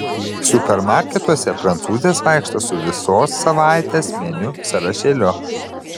supermarketuose prancūzės vaikšto su visos savaitės meniu sąrašėliu